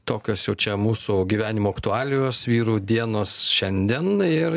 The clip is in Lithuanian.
tokios jau čia mūsų gyvenimo aktualijos vyrų dienos šiandien ir